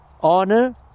honor